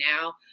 now